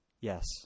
Yes